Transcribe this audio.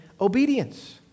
obedience